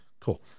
cool